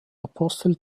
apostel